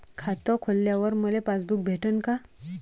खातं खोलल्यावर मले पासबुक भेटन का?